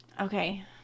okay